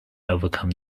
overcome